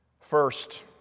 First